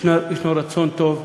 יש רצון טוב.